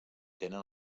tenen